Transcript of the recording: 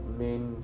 main